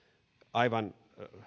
aivan